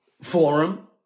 forum